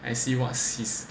I see what's his